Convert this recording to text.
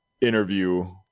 interview